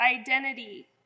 identity